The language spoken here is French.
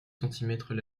centimètres